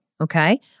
okay